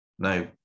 Now